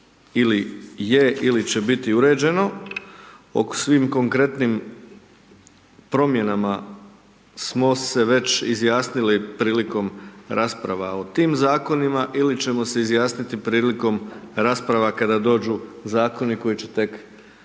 ili je ili će biti uređeno o svim konkretnim promjenama smo se već izjasnili prilikom rasprava o tim zakonima ili ćemo se izjasniti prilikom rasprava kada dođu zakoni koji će tek doći